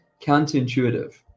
counterintuitive